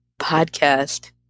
podcast